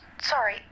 sorry